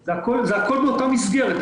זה הכול באותה מסגרת.